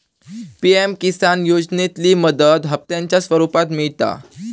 PM Kisan योजनेतली मदत हप्त्यांच्या स्वरुपात मिळता